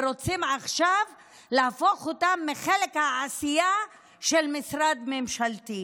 ורוצים עכשיו להפוך אותן לחלק מהעשייה של משרד ממשלתי.